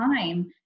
time